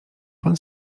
pan